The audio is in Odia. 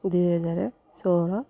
ଦୁଇ ହଜାର ଷୋହଳ